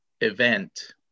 event